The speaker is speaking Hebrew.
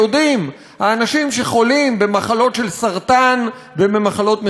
האנשים שחולים במחלות של סרטן ובמחלות מסוכנות אחרות.